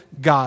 God